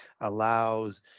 allows